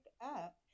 up